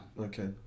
okay